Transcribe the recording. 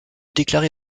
déclaré